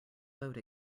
boat